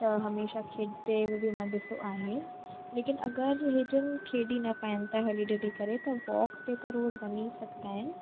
त हमेशा खेॾंदे बि मां ॾिसो आहे लेकिन अगरि इहे जन खेॾी न पाइनि था हिली ढुली करे त वॉक ते त रोज़ु वञी सघंदा आहिनि